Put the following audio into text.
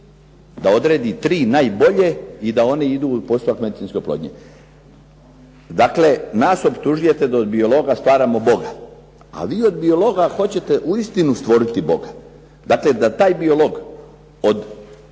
da odredi tri najbolje i da one idu u postupak medicinske oplodnje. Dakle, nas optužujete da od biologa stvaramo Boga, a vi od biologa hoćete uistinu stvoriti Boga. Dakle, da taj biolog od 10